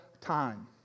time